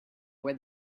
where